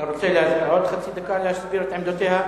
אתה רוצה עוד חצי דקה להסביר את עמדותיה?